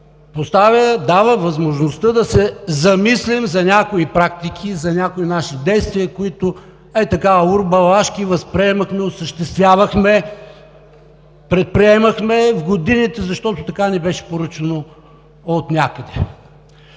изпитанието дава възможността да се замислим за някои практики и за някои наши действия, които, ей така, урбулешки възприемахме, осъществявахме, предприемахме в годините, защото така ни беше поръчано отнякъде.